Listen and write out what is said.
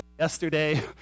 Yesterday